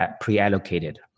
pre-allocated